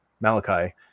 malachi